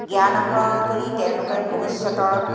জ্ঞান আহৰণ কৰি তেওঁলোকে ভৱিষ্যতৰ